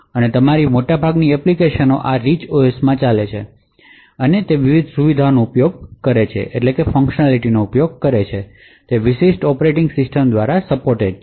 અને તમારી મોટાભાગની એપ્લિકેશન આ રિચ ઓએસમાં ચાલે છે અને વિવિધ સુવિધાઓનો ઉપયોગ કરશે તે વિશિષ્ટ ઑપરેટિંગ સિસ્ટમ દ્વારા સપોર્ટેડ છે